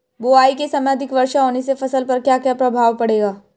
बुआई के समय अधिक वर्षा होने से फसल पर क्या क्या प्रभाव पड़ेगा?